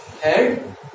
head